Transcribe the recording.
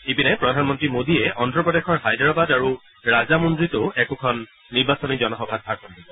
ইপিনে প্ৰধানমন্ত্ৰী মোদীয়ে অন্ধ্ৰ প্ৰদেশৰ হায়দৰাবাদ আৰু ৰাজামুদ্ৰিতো একোখন নিৰ্বাচনী সভাত ভাষণ দিব